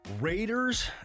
Raiders